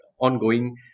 ongoing